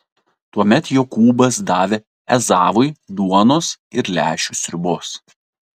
tuomet jokūbas davė ezavui duonos ir lęšių sriubos